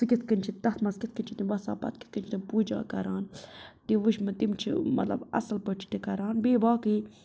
سُہ کِتھ کٔنۍ چھِ تَتھ منٛز کِتھ کٔنۍ چھِ تِم وَسان پَتہٕ کِتھ کٔنۍ چھِ تِم پوٗجا کَران تِم وٕچھۍ مےٚ تِم چھِ مطلب اَصٕل پٲٹھۍ چھِ تہِ کَران بیٚیہِ واقعی